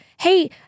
hey